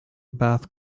bath